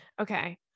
Okay